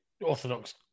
Orthodox